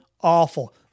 awful